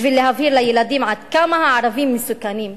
בשביל להבהיר לילדים עד כמה הערבים מסוכנים,